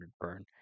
burn